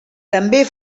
també